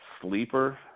sleeper